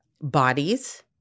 bodies